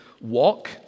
walk